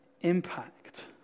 impact